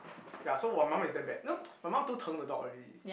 ya so my mum is damn bad you know my mum too the dog already